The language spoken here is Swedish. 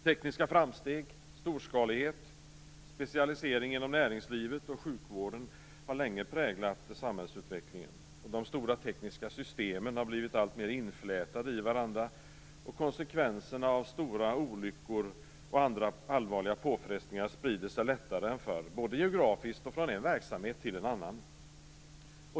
Tekniska framsteg, storskalighet och specialisering inom näringslivet och sjukvården har länge präglat samhällsutvecklingen. De stora tekniska systemen har blivit alltmer inflätade i varandra, och konsekvenserna av stora olyckor och andra allvarliga påfrestningar sprider sig lättare än förr, både geografiskt och från en verksamhet till en annan.